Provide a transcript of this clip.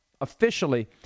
officially